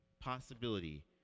possibility